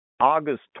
August